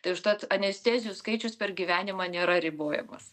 tai užtat anestezijų skaičius per gyvenimą nėra ribojamas